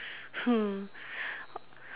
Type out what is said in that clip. hmm